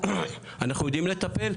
אנחנו יודעים לטפל.